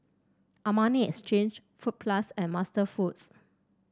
Armani Exchange Fruit Plus and MasterFoods